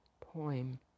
poem